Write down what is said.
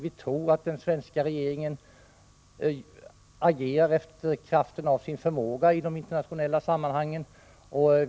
Vi tror att den svenska regeringen agerar i kraft av sin förmåga i de internationella sammanhangen.